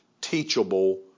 teachable